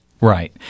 Right